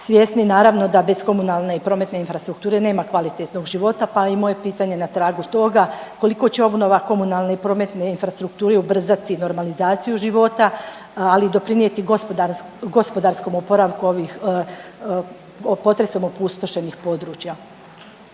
Svjesni naravno da bez komunalne i prometne infrastrukture nema kvalitetnog života pa i moje pitanje je na tragu toga, koliko će obnova komunalne i prometne infrastrukture ubrzati normalizaciju života, ali i doprinijeti gospodarskom oporavku ovih potresom opustošenih područja?